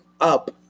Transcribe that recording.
up